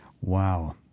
Wow